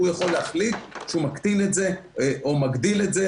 הוא יכול להחליט שהוא מקטין את זה או מגדיל את זה